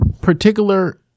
particular